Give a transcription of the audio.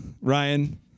Ryan